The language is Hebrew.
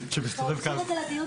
"צו הגנה על בריאות